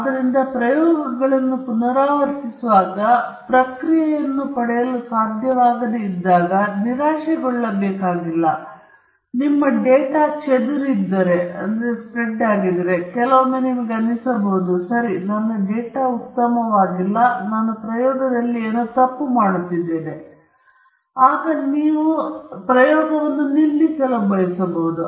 ಆದ್ದರಿಂದ ನೀವು ಪ್ರಯೋಗಗಳನ್ನು ಪುನರಾವರ್ತಿಸುವಾಗ ನೀವು ಪ್ರತಿಕ್ರಿಯೆಯನ್ನು ಪಡೆಯಲು ಸಾಧ್ಯವಾಗದಿದ್ದಾಗ ನಿರಾಶೆಗೊಳ್ಳಬೇಕಾಗಿಲ್ಲ ಮತ್ತು ನಿಮ್ಮ ಡೇಟಾದಲ್ಲಿ ಚೆದುರಿದಿದ್ದರೆ ಕೆಲವೊಮ್ಮೆ ನಿಮಗೆ ಅನಿಸಬಹುದು ಸರಿ ನನ್ನ ಡೇಟಾವು ಉತ್ತಮವಲ್ಲ ಮತ್ತು ನಾನು ಪ್ರಯೋಗದಲ್ಲಿ ಏನನ್ನಾದರೂ ತಪ್ಪು ಮಾಡುತ್ತಿದ್ದೇನೆ ಆದ್ದರಿಂದ ನೀವು ನಿಲ್ಲಿಸಲು ಬಯಸಬಹುದು